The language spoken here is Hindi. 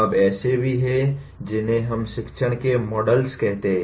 अब ऐसे भी हैं जिन्हें हम शिक्षण के मॉडल्स कहते हैं